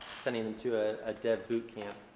sending him to a ah dead boot camp,